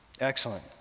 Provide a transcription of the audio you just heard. Excellent